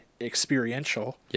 experiential